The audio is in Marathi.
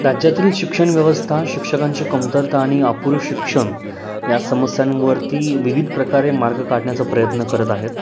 राज्यातील शिक्षणव्यवस्था शिक्षकांची कमतरता आणि अपुरं शिक्षण या समस्यांवरती विविध प्रकारे मार्ग काढण्याचा प्रयत्न करत आहेत